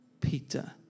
Peter